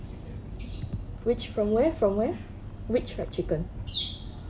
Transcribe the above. which from where from where which fried chicken